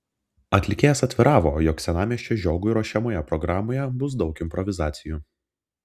atlikėjas atviravo jog senamiesčio žiogui ruošiamoje programoje bus daug improvizacijų